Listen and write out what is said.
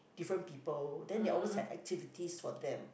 different people then they always have activities for them